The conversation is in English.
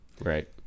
right